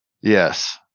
Yes